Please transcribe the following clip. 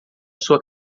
sua